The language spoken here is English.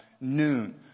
noon